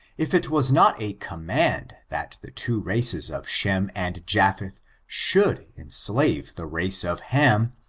if it was not a command that the two races of shem and japheth should enslave the race of ham,